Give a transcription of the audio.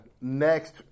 next